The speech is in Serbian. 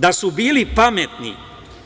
Da su bili pametni,